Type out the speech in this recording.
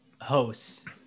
hosts